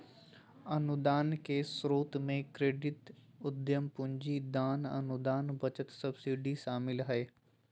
अनुदान के स्रोत मे क्रेडिट, उधम पूंजी, दान, अनुदान, बचत, सब्सिडी शामिल हय